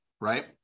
right